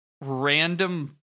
random